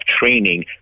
training